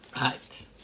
Right